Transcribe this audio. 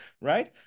right